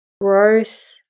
growth